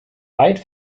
weit